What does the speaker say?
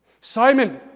Simon